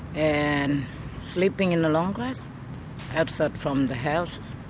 and sleeping in the long grass outside from the houses,